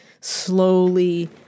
slowly